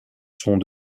sont